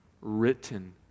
Written